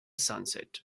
sunset